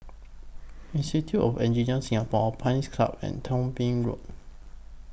Institute of Engineers Singapore Pines Club and Thong Bee Road